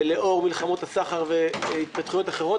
לאור מלחמות הסחר והתפתחויות אחרות,